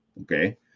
Okay